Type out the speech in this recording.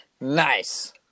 Nice